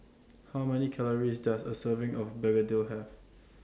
How Many Calories Does A Serving of Begedil Have